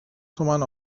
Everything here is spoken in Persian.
تومن